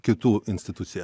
kitų institucija